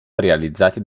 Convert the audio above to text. realizzati